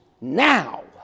now